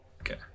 Okay